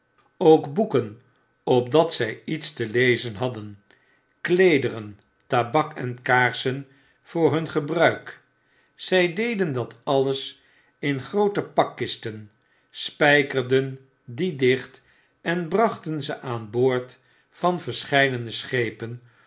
ook boeken opdat zy iets te lezen hadden kleederen tabak en kaarsen voor hungebruik zy deden dat alles in groote pakkisten spykerden die dicht en brachten ze aan boord van verscheidene schepen